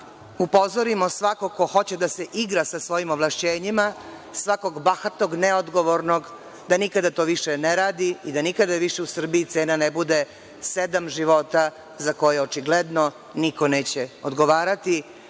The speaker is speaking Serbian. upozorimo svakog ko hoće da se igra sa svojim ovlašćenjima, svakog bahatog, neodgovornog da nikada to više ne radi i da nikada više u Srbiji cena ne bude sedam života za koje očigledno niko neće odgovarati,